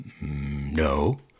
No